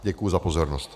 Děkuji za pozornost.